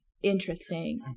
interesting